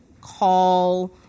call